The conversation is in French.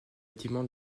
bâtiment